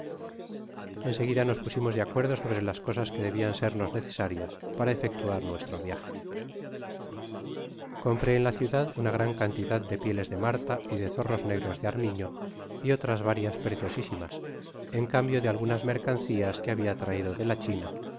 seguida nos pusimos de acuerdo sobre las cosas que debian sernos necesarias para efectuar nuestro viaje compré en la ciudad una gran cantidad de pieles de marta y de zorros negros de armiño y otras varias preciosisimas en cambio de algunas mercancias que habia traido de la china